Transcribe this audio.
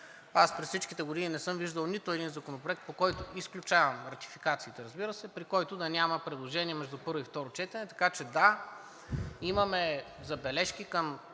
Аз през всичките години не съм виждал нито един законопроект, изключвам ратификациите, разбира се, при който да няма предложение между първо и второ четене. Така че, да, имаме забележки към